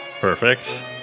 Perfect